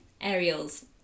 Ariel's